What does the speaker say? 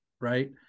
Right